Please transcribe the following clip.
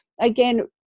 again